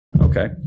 Okay